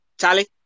Charlie